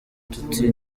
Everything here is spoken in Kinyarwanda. tuti